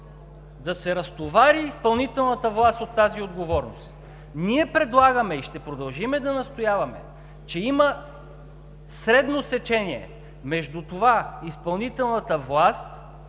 да се разтовари изпълнителната власт от тази отговорност. Ние предлагаме и ще продължим да настояваме, че има средно сечение между това изпълнителната власт